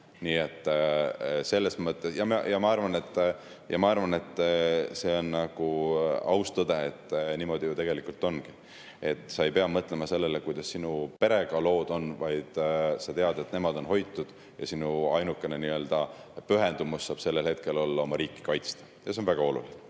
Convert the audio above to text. mehed rindel sõdida. Ma arvan, et see on aus tõde, niimoodi ju tegelikult ongi. Sa ei pea mõtlema sellele, kuidas sinu perega lood on, vaid tead, et nemad on hoitud, ja sinu ainukene pühendumus saab sellel hetkel olla oma riigi kaitsmine. Ja see on väga oluline.